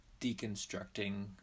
deconstructing